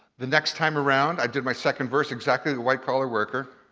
the next time around i did my second verse exactly to white collar worker.